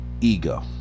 ego